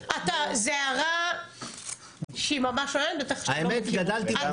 זו הערה שהיא ממש לא לעניין ובטח שאתה לא מכיר אותו.